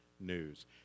News